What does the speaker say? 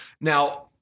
Now